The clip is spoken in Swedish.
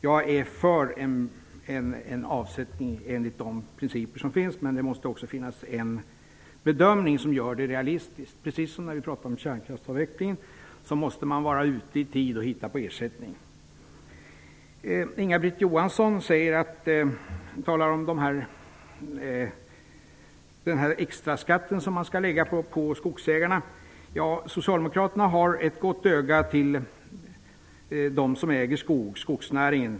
Jag är för en avsättning enligt de principer som finns, men det måste också finnas en bedömning som gör det realistiskt. Precis som när vi talar om kärnkraftsavvecklingen måste man vara ute i tid och hitta en ersättning. Inga-Britt Johansson talade om den extra skatt som socialdemokraterna vill lägga på skogsägarna. Ja, socialdemokraterna har ett gott öga till skogsnäringen och till dem som äger skog.